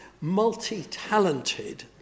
multi-talented